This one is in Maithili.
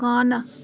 आनऽ